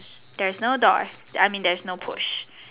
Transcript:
there is no door I mean there is no push